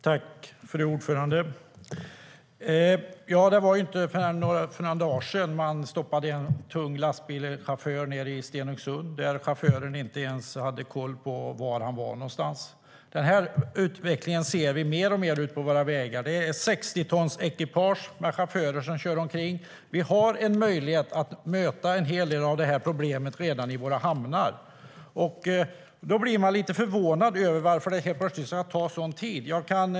Fru talman! Det var inte mer än några dagar sedan man stoppade en chaufför i en tung lastbil nere i Stenungsund och chauffören inte ens hade koll på var han var någonstans. Den utvecklingen ser vi mer och mer ute på våra vägar; det är 60-tonsekipage med chaufförer som kör omkring. Vi har en möjlighet att möta en hel del av problemet redan i våra hamnar, och då blir man lite förvånad över varför det helt plötsligt ska ta sådan tid.